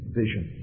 vision